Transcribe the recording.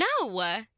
No